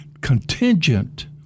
contingent